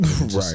right